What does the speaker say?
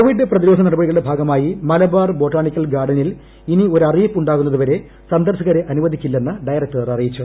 Covid പ്രതിരോധ നടപടികളുടെ ഭാഗമായി മലബാർ ബൊട്ടാണിക്കൽ ഗാർഡനിൽ ഇനി ഒരു അറിയിപ്പ് ഉണ്ടാകുന്നതുവരെ സ്ന്ദർശകരെ അനുവദിക്കില്ലെന്ന് ഡയറക്ടർ അറിയിച്ചു